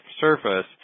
surface